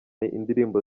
indirimbo